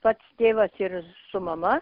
pats tėvas ir su mama